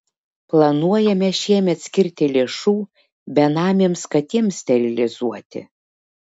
planuojame šiemet skirti lėšų benamėms katėms sterilizuoti